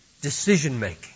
decision-making